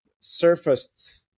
surfaced